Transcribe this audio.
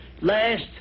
last